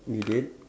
you did